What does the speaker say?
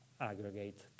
aggregate